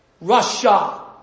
Russia